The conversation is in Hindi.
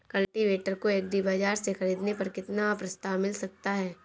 कल्टीवेटर को एग्री बाजार से ख़रीदने पर कितना प्रस्ताव मिल सकता है?